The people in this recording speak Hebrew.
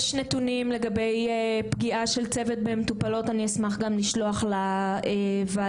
יש נתונים לגבי פגיעה של צוות במטופלות ואני אשמח לשלוח גם לוועדה.